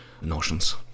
notions